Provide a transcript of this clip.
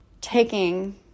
taking